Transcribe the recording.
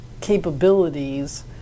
capabilities